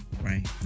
Right